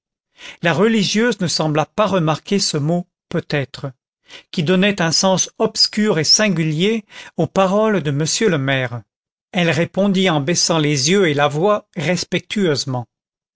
la religieuse ne sembla pas remarquer ce mot peut-être qui donnait un sens obscur et singulier aux paroles de m le maire elle répondit en baissant les yeux et la voix respectueusement